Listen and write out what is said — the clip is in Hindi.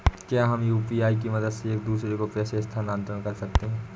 क्या हम यू.पी.आई की मदद से एक दूसरे को पैसे स्थानांतरण कर सकते हैं?